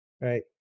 right